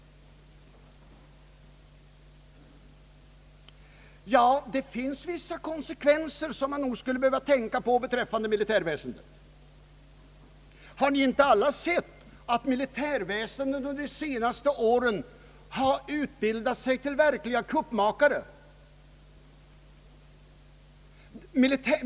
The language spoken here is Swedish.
Det finns vissa konsekvenser som man nog skulle behöva tänka på beträffande militärväsendet. Har vi inte alla sett att militärväsendet under de senaste åren har utbildat sig till verkliga kuppmakare?